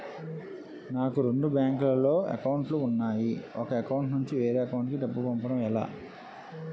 నాకు రెండు బ్యాంక్ లో లో అకౌంట్ లు ఉన్నాయి ఒక అకౌంట్ నుంచి వేరే అకౌంట్ కు డబ్బు పంపడం ఎలా?